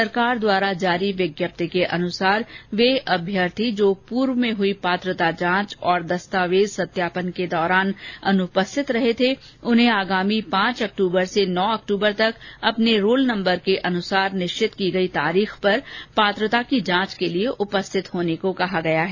सरकार द्वारा जारी विज्ञप्ति के अनुसार वे अभ्यर्थी जो पूर्व में हई पात्रता जांच तथा दस्तावेज सत्यापन के दौरान अनुपस्थित रहे थे उन्हें आगामी पांच अक्टूबर से नौ अक्टूबर तक अपने रोल नम्बर के अनुसार निश्चित की गई तारीख पर पात्रता की जांच के लिए उपस्थित होने को कहा गया है